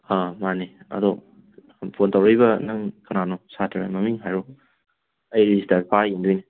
ꯑ ꯃꯥꯅꯦ ꯑꯗꯣ ꯐꯣꯟ ꯇꯧꯔꯛꯏꯕ ꯅꯪ ꯀꯅꯥꯅꯣ ꯁꯥꯇ꯭ꯔꯔꯥ ꯃꯃꯤꯡ ꯍꯥꯏꯌꯨ ꯑꯩ ꯁꯤꯗ ꯐꯥꯛꯑ ꯌꯦꯡꯗꯣꯏꯅꯦ